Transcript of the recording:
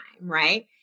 Right